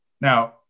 now